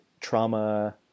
trauma